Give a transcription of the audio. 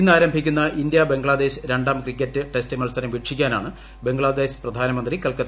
ഇന്നാരംഭിക്കുന്ന India Bangladesh രാം cricket test മത്സരം വീക്ഷിക്കാനാണ് ബംഗ്ലാദേശ് പ്രധാനമന്ത്രി കൽക്കത്തിയിലെത്തിയത്